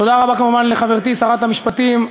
תודה רבה כמובן לחברתי שרת המשפטים,